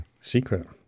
secret